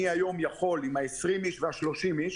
נכון למתווה של היום.